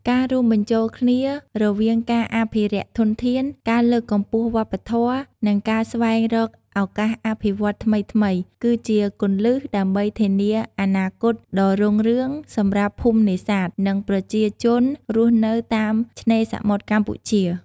ការរួមបញ្ចូលគ្នារវាងការអភិរក្សធនធាន ការលើកកម្ពស់វប្បធម៌ និងការស្វែងរកឱកាសអភិវឌ្ឍន៍ថ្មីៗ គឺជាគន្លឹះដើម្បីធានាអនាគតដ៏រុងរឿងសម្រាប់ភូមិនេសាទ និងប្រជាជនរស់នៅតាមឆ្នេរសមុទ្រកម្ពុជា។